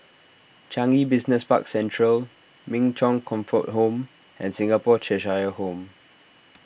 Changi Business Park Central Min Chong Comfort Home and Singapore Cheshire Home